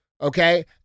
Okay